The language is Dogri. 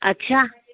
अच्छा